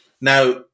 Now